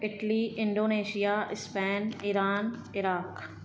Italy Indonesia Spain Iran Iraq